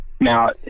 now